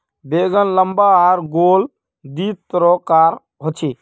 बैंगन लम्बा आर गोल दी तरह कार होचे